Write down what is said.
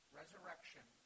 resurrection